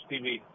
TV